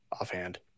offhand